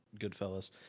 Goodfellas